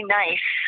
nice